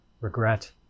regret